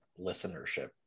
listenership